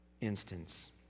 instance